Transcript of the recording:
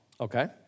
Okay